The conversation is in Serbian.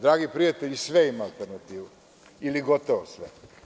Dragi prijatelji, sve ima alternativu ili gotovo sve.